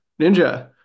ninja